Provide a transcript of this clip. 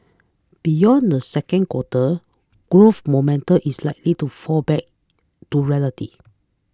beyond the second quarter growth moment is likely to fall back to reality